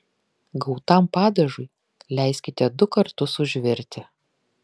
gautam padažui leiskite du kartus užvirti